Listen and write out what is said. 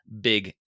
big